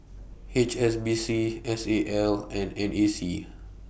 H S B C S A L and N A C